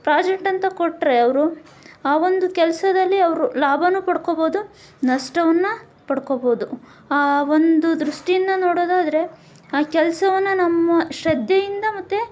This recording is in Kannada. ಪ್ರಾಜೆಕ್ಟ್ ಅಂತ ಕೊಟ್ಟರೆ ಅವರು ಆ ಒಂದು ಕೆಲಸದಲ್ಲಿ ಅವರು ಲಾಭಾನೂ ಪಡ್ಕೋಬೊದು ನಷ್ಟವನ್ನು ಪಡ್ಕೋಬೊದು ಆ ಒಂದು ದೃಷ್ಟಿಯಿಂದ ನೋಡೊದಾದರೆ ಆ ಕೆಲಸವನ್ನ ನಮ್ಮ ಶ್ರದ್ಧೆಯಿಂದ ಮತ್ತು